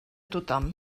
tothom